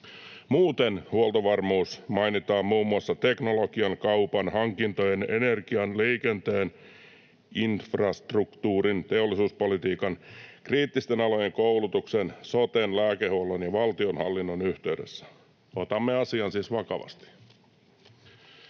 Muuten huoltovarmuus mainitaan muun muassa teknologian, kaupan, hankintojen, energian, liikenteen, infrastruktuurin, teollisuuspolitiikan, kriittisten alojen koulutuksen, soten, lääkehuollon ja valtionhallinnon yhteydessä. Otamme asian siis vakavasti.